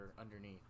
underneath